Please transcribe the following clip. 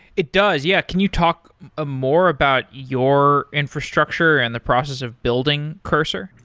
it does, yeah. can you talk ah more about your infrastructure and the process of building cursor?